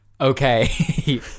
Okay